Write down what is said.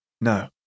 No